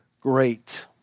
great